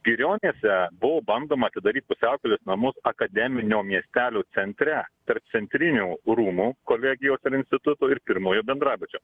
girionyse buvo bandoma atidaryt pusiaukelės namus akademinio miestelio centre tarp centrinių rūmų kolegijos ir instituto ir pirmojo bendrabučio